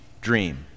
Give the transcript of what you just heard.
dream